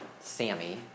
Sammy